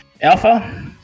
Alpha